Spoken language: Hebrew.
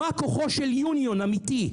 מהו כוחה של האחדות; מהו כוחו של איגוד מקצועי אמיתי,